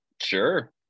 Sure